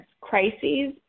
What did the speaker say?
crises